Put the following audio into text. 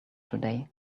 today